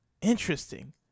Interesting